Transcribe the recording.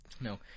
No